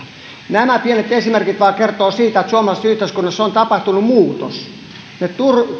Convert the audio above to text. nämä pienet esimerkit vain kertovat siitä että suomalaisessa yhteiskunnassa on tapahtunut muutos meille